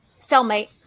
cellmate